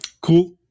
Cool